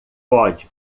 pode